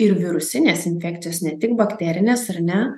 ir virusinės infekcijos ne tik bakterinės ar ne